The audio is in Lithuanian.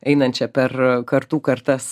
einančia per kartų kartas